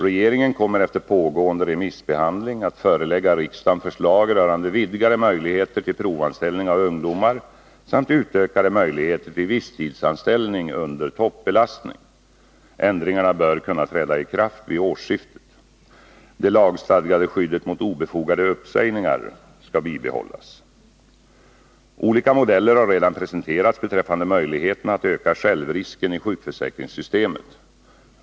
Regeringen kommer efter pågående remissbehandling att förelägga riksdagen förslag rörande vidgade möjligheter till provanställning av ungdomar samt utökade möjligheter till visstidsanställning under toppbelastning. Ändringarna bör kunna träda i kraft vid årsskiftet. Det lagstadgade skyddet mot obefogade uppsägningar skall bibehållas. Olika modeller har redan presenterats beträffande möjligheterna att öka självrisken i sjukförsäkringssystemet.